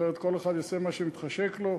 אחרת כל אחד יעשה מה שמתחשק לו,